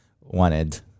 wanted